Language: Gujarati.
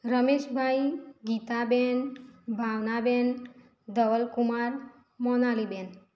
રમેશભાઈ ગીતાબેન ભાવનાબેન ધવલકુમાર મોનાલીબેન